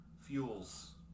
fuels